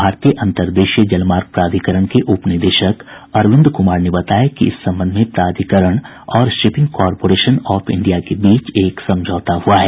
भारतीय अन्तरदेशीय जलमार्ग प्राधिकरण के उप निदेशक अरविंद कुमार ने बताया कि इस संबंध में प्राधिकरण और शिपिंग कॉरपोरेशन ऑफ इंडिया के बीच एक समझौता हुआ है